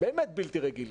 באמת בלתי רגילים.